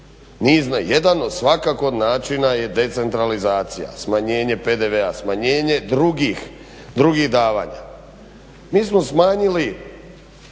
načina. Jedan svakako od načina je decentralizacija, smanjenje PDV-a, smanjenje drugih davanja. Mi smo smanjili